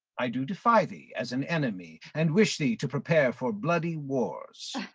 i do defy thee as an enemy, and wish thee to prepare for bloody wars.